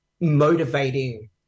motivating